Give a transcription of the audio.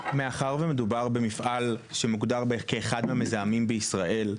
מאחר ומדובר במפעל שמוגדר כאחד מהמזהמים בישראל,